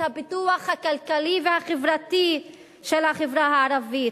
הפיתוח הכלכלי והחברתי של החברה הערבית.